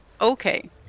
okay